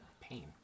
pain